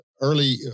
early